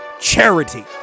charity